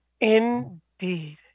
Indeed